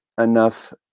enough